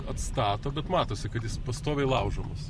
atstato bet matosi kad jis pastoviai laužomas